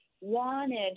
wanted